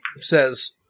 says